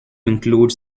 includes